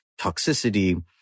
toxicity